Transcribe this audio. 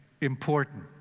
important